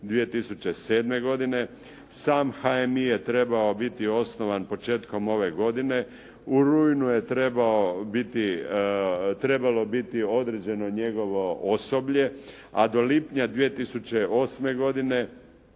2007. godine. sam HNI je trebao biti osnovan početkom ove godine. U rujnu je trebalo biti određeno njegovo osoblje, a do lipnja 2008. godine